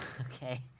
Okay